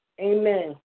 Amen